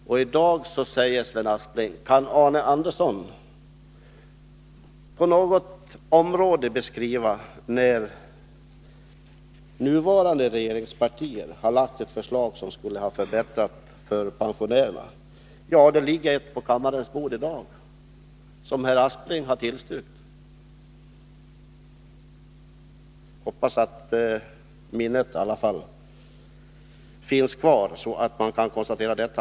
Herr Aspling frågade om jag kunde ange något område, där de nuvarande regeringspartierna har lagt ett förslag som förbättrat förhållandena för pensionärerna. Ja, det ligger ett förslag på kammarens bord i dag, ett förslag som herr Aspling har tillstyrkt. Jag hoppas att minnet finns kvar, så att herr Aspling kan konstatera detta.